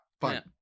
Fine